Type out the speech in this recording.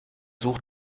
such